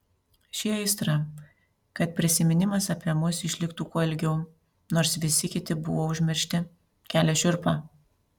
ši aistra kad prisiminimas apie mus išliktų kuo ilgiau nors visi kiti buvo užmiršti kelia šiurpą